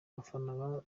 abafana